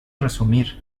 resumir